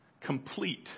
complete